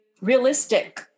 realistic